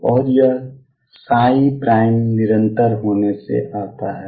और यह निरंतर होने से आता है